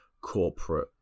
corporate